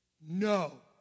No